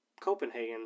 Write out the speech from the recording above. Copenhagen